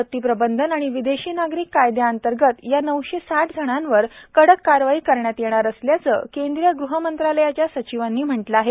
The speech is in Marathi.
आपत्ती प्रबंधन आणि विदेशी नागरिक कायदयाअंतर्गत या नऊशे साठ जणांवर कडक कारवाई करण्यात येणार असल्याचं केंद्रीय गृह मंत्रालयाच्या सचिवांनी म्हटलं आहे